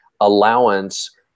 allowance